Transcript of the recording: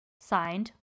signed